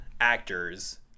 actors